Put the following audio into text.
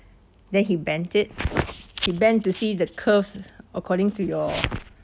then he bent it he bent to see the curves according to your